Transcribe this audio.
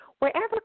Wherever